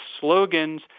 slogans